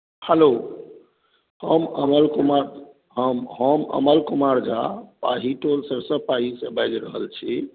hello हम अमल कुमार हम अमल कुमार झा पाही टोल सरिसब पाहीसँ बाजि रहल छी